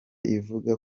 ivuga